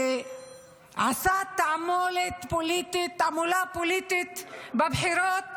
שעשה תעמולה פוליטית בבחירות